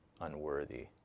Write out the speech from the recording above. Unworthy